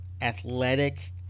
athletic